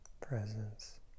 Presence